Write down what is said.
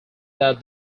that